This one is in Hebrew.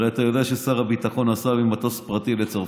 הרי אתה יודע ששר הביטחון נסע עם מטוס פרטי לצרפת,